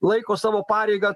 laiko savo pareiga